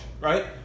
right